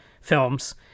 Films